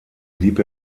blieb